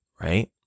right